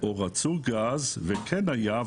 או מצב שבו רצו גז וכן היה,